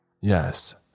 Yes